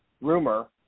rumor